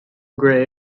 grey